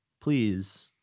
please